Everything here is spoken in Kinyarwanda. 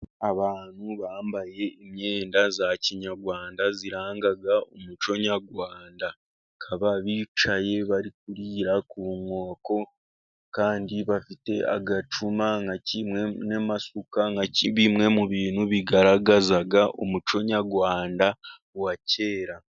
Abantu bambaye imyenda ya kinyarwanda iranga umuco wa nyarwanda, bakaba bicaye barira ku nkoko kandi bafite agacuma nka kimwe n'amasuka nka kimwe mu bintu bigaragaza umuco kinyarwanda wa kera.